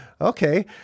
okay